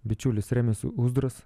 bičiulis remis uzdras